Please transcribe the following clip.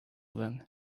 then